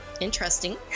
interesting